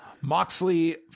Moxley